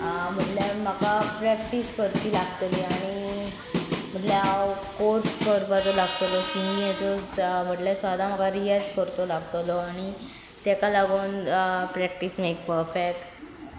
म्हटल्यार म्हाका प्रॅक्टीस करची लागतली आनी म्हटल्यार हांव कोर्स करपाचो लागतलो सिंगी हेचो म्हटल्यार सदां म्हाका रियज करचो लागतलो आनी तेका लागन प्रॅक्टीस मेक परफेक्ट